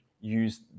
use